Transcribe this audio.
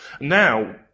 Now